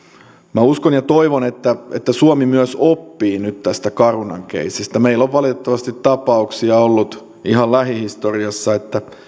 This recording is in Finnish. minä uskon ja toivon että että suomi myös oppii nyt tästä carunan keissistä meillä on valitettavasti tapauksia ollut ihan lähihistoriassa että